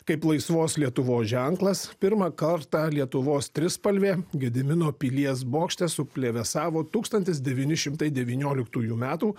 kaip laisvos lietuvos ženklas pirmą kartą lietuvos trispalvė gedimino pilies bokšte suplevėsavo tūkstantis devyni šimtai devynioliktųjų metų